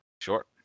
Sure